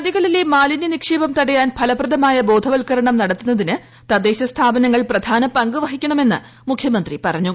നദികളിലെ മാലിന്യ നിക്ഷേപം തടയാൻ ഫലപ്രദമായ ബോധവത്കരണം നടത്തുന്നതിന് തദ്ദേശസ്ഥാപനങ്ങൾ പ്രധാന പങ്ക് വഹിക്കണമെന്ന് മുഖ്യമന്ത്രി പറഞ്ഞു